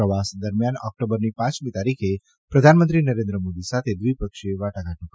પ્રવાસ દરમિયાન ઓકટોબરની પાંચમી તારીખે પ્રધાનમંત્રી નરેન્દ્ર મોદી સાથે દ્વિપક્ષીય વાટાઘાટો કરશે